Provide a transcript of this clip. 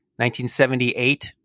1978